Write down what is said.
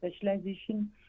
specialization